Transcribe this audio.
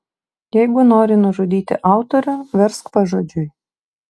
jeigu nori nužudyti autorių versk pažodžiui